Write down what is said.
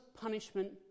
punishment